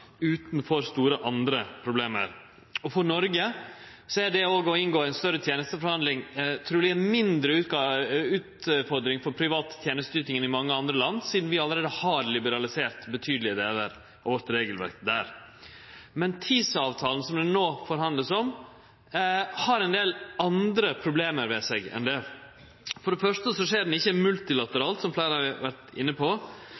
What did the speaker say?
store andre problem. For Noreg er det å inngå i ei større tenesteforhandling truleg ei mindre utfordring for den private tenesteytinga i mange andre land, sidan vi allereie har liberalisert betydelege delar av regelverket vårt der. Men TISA-avtalen, som det no vert forhandla om, har ein del andre problem ved seg enn det. For det første skjer det ikkje multilateralt – som fleire har vore inne på